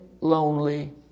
lonely